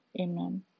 Amen